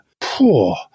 Poor